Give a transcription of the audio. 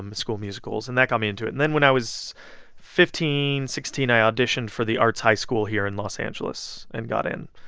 um school musicals, and that got me into it. and then when i was fifteen, sixteen, i auditioned for the arts high school here in los angeles and got in,